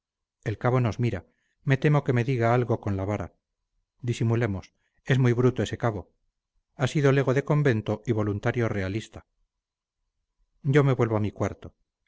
el cabo nos mira me temo que me diga algo con la vara disimulemos es muy bruto ese cabo ha sido lego de convento y voluntario realista yo me vuelvo a mi cuarto